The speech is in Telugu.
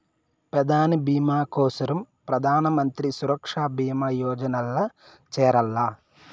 పెదాని బీమా కోసరం ప్రధానమంత్రి సురక్ష బీమా యోజనల్ల చేరాల్ల